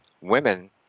women